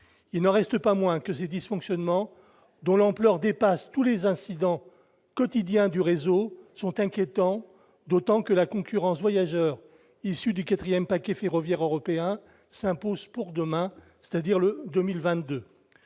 il n'en reste pas moins que ces dysfonctionnements dont l'ampleur dépasse tous les incidents quotidiens du réseau sont inquiétants, d'autant que la concurrence voyageurs issu du 4ème paquet ferroviaire européen s'impose pour demain, c'est-à-dire le 2022